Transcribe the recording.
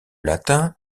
latin